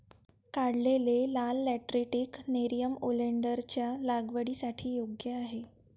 काढलेले लाल lateritic nerium ओलेन्डरच्या लागवडीसाठी योग्य आहे